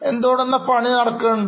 എന്തുകൊണ്ടെന്നാൽ പണി നടക്കുന്നുണ്ട്